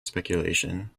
speculation